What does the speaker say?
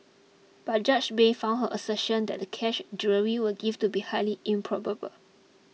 but Judge Bay found her assertion that the cash jewellery were gifts to be highly improbable